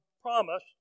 promise